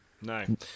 No